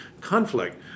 conflict